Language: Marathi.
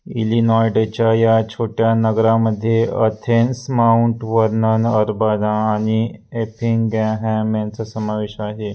इलिनॉयडेच्या या छोट्या नगरामध्ये अथेन्स माऊंट वर्नन अरबादा आणि एफिंग्याह्याम यांचा समावेश आहे